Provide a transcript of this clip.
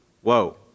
Whoa